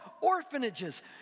orphanages